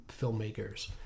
filmmakers